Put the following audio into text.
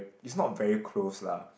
it's not very close lah